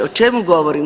O čemu govorim?